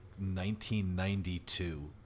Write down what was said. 1992